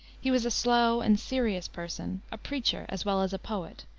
he was a slow and serious person, a preacher as well as a poet,